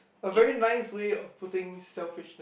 a very nice way of putting selfishness